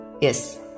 Yes